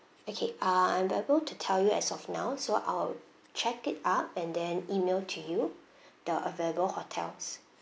okay uh I'm unable to tell you as of now so I'll check it up and then email to you the available hotels